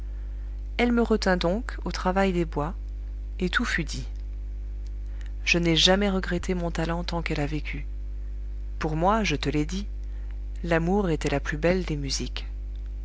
elle me retint donc au travail des bois et tout fut dit je n'ai jamais regretté mon talent tant qu'elle a vécu pour moi je te l'ai dit l'amour était la plus belle des musiques